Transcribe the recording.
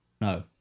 no